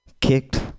kicked